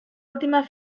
última